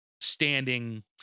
standing